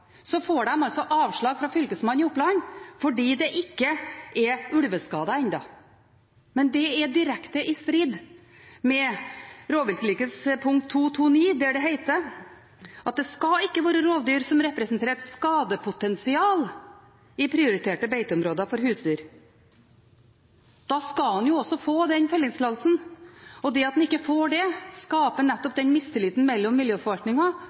får en avslag fra Fylkesmannen i Oppland fordi det ikke er ulveskader ennå. Men det er direkte i strid med rovviltforlikets punkt 2.2.19, der det heter: «Det skal ikke være rovdyr som representerer et skadepotensial i prioriterte beiteområder for husdyr.» Da skal en også få den fellingstillatelsen, og det at en ikke får det, skaper nettopp den mistilliten mellom